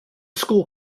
school